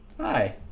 Hi